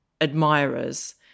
admirers